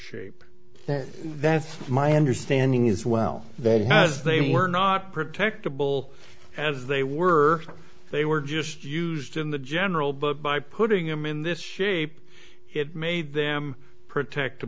shape that's my understanding is well that it has they were not protected bull as they were they were just used in the general but by putting them in this shape it made them protect